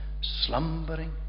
slumbering